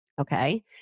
okay